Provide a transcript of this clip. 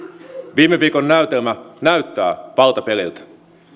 viime viikon näytelmä näyttää valtapeliltä